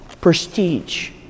prestige